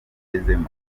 tugezemo